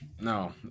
no